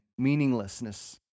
Meaninglessness